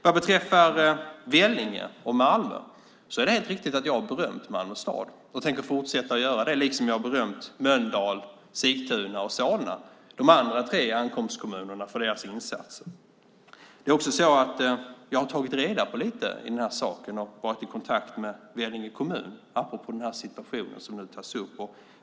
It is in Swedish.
Vad beträffar Vellinge och Malmö är det helt riktigt att jag har berömt Malmö stad och tänker fortsätta göra det, liksom jag har berömt Mölndal, Sigtuna och Solna, alltså de övriga tre ankomstkommunerna, för deras insatser. Jag har också tagit reda på lite i den här saken och varit i kontakt med Vellinge kommun apropå den situation som nu tas upp.